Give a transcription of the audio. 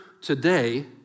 today